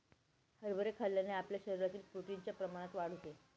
हरभरे खाल्ल्याने आपल्या शरीरातील प्रोटीन च्या प्रमाणात वाढ होते